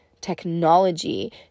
technology